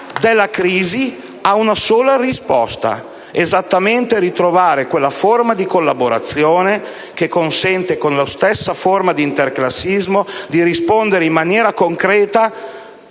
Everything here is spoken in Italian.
della crisi ha una sola risposta: ritrovare quella forma di collaborazione che consente, con la stessa forma d'interclassismo, di rispondere in maniera concreta